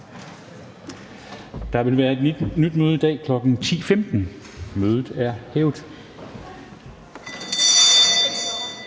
Der vil være et nyt møde i dag kl. 10.15. Mødet er hævet.